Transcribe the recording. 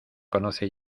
conoce